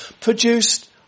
produced